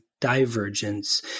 divergence